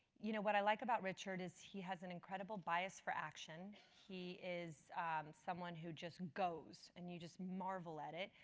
you know what i like about richard is he has an incredible bias for action. he is someone who just goes and you just marvel at it.